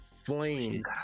flame